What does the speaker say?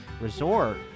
resort